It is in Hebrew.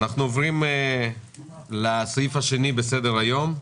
עוברים לסעיף השני בסדר היום: